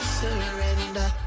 surrender